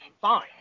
fine